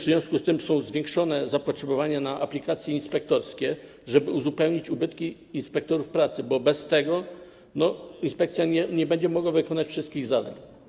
W związku z tym jest zwiększone zapotrzebowanie na aplikacje inspektorskie, żeby uzupełnić ubytki inspektorów pracy, bo bez tego inspekcja nie będzie mogła wykonać wszystkich zadań.